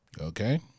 Okay